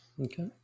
Okay